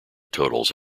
totals